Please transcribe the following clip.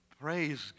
Praise